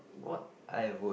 what I would